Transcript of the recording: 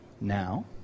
now